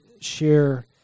share